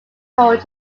told